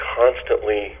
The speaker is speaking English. constantly